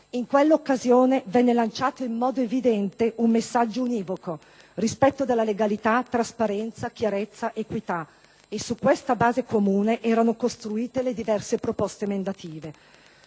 In quell'occasione, venne lanciato in modo evidente un messaggio univoco: rispetto della legalità, trasparenza, chiarezza, equità e su questa base comune erano costruite le diverse proposte emendative.